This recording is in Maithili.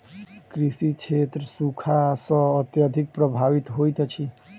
कृषि क्षेत्र सूखा सॅ अत्यधिक प्रभावित होइत अछि